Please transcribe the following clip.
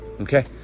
Okay